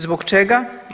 Zbog čega?